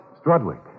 Strudwick